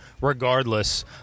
regardless